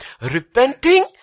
Repenting